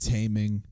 Taming